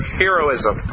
heroism